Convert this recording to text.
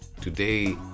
Today